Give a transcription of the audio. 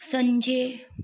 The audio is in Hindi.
संजय